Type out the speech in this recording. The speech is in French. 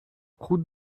route